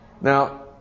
now